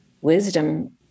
wisdom